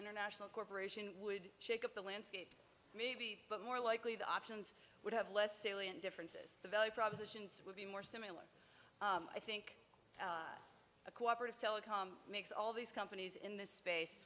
international corporation would shake up the landscape maybe but more likely the options would have less salient differences the value propositions would be more similar i think a cooperative telecom makes all these companies in this space